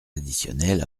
additionnels